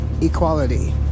equality